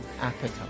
appetite